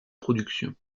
production